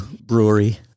brewery